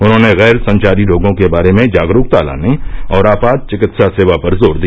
उन्होंने गैरसंचारी रोगों बारे में जागरूकता लाने और आपात चिकित्सा सेवा पर जोर दिया